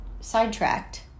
sidetracked